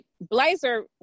blazer